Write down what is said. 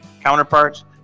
counterparts